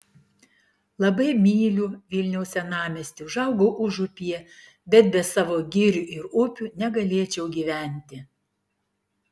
labai myliu vilniaus senamiestį užaugau užupyje bet be savo girių ir upių negalėčiau gyventi